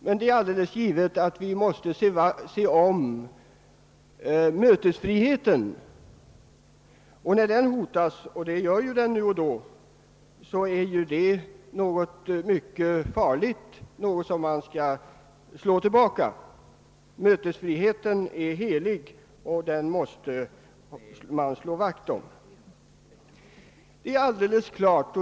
Men det är alldeles givet att vi måste värna om mötesfriheten, och när den hotas — och det gör den nu och då — är det någonting mycket farligt och någonting som man skall slå tillbaka. Mötesfriheten är helig, och den måste man slå vakt om.